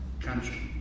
country